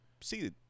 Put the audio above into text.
see